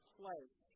place